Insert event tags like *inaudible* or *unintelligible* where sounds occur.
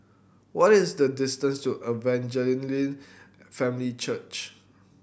what is the distance to Evangel *unintelligible* Family Church